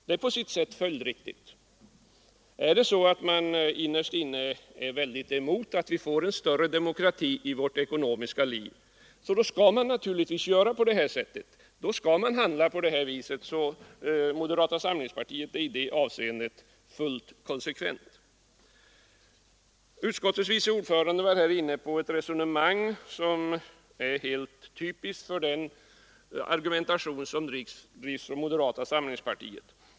Det är på sitt sätt följdriktigt. Om man innerst inne är mycket emot en större demokrati i vårt ekonomiska liv skall man naturligtvis göra på detta sätt; moderata samlingspartiet är i det avseendet fullt konsekvent. Utskottets vice ordförande var inne på ett resonemang som är helt typiskt för den argumentation som drivs av moderata samlingspartiet.